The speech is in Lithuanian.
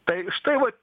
tai štai va